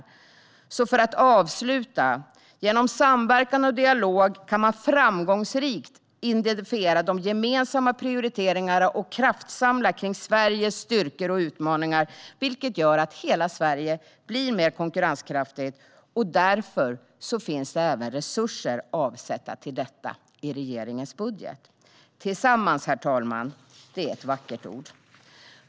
Avslutningsvis kan man genom samverkan och dialog framgångsrikt identifiera gemensamma prioriteringar och kraftsamla kring Sveriges styrkor och utmaningar, vilket gör att hela Sverige blir mer konkurrenskraftigt. Därför finns det även resurser avsatta till detta i regeringens budget. Tillsammans är ett vackert ord, herr talman.